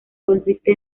consiste